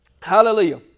Hallelujah